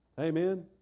Amen